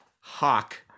Hawk